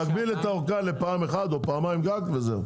להגביל את האורכה לפעם אחד או לפעמיים גג וזהו.